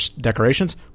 decorations